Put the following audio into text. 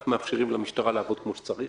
איך מאפשרים למשטרה לעבוד כמו שצריך,